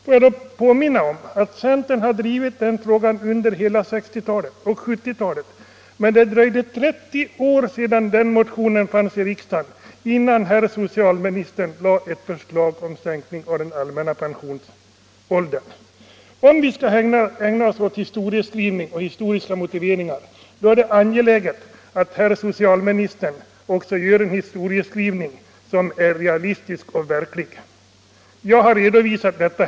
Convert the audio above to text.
Jag vill då påminna om att centern drivit denna fråga under hela 1960 och 1970 talen. Men det dröjde ändå 30 år efter det att den socialdemokratiska motionen väckts i riksdagen innan herr socialministern framlade ett förslag om en sänkning av den allmänna pensionsåldern. Om vi skall ägna oss åt de historiska motiveringarna till dagens reform är det angeläget att socialministern också gör en riktig och realistisk historieskrivning. Jag har nu redovisat detta.